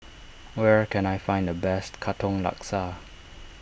where can I find the best Katong Laksa